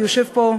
יושב פה,